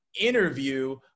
interview